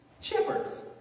Shepherds